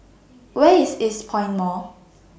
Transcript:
Where IS Eastpoint Mall